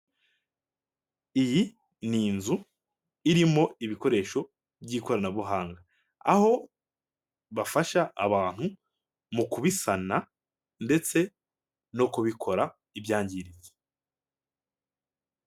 Iyi ni inzu irimo ibikoresho by'ikoranabuhanga, aho bafasha abantu mu kubisana ndetse no kubikora ibyangiritse.